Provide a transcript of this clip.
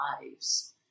lives